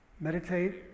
meditate